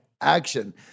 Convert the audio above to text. action